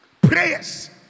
Prayers